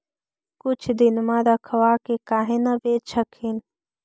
कुछ दिनमा रखबा के काहे न बेच हखिन?